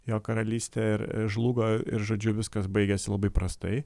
jo karalystė ir žlugo i ir žodžiu viskas baigėsi labai prastai